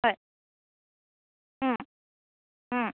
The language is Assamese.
হয়